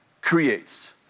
creates